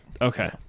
Okay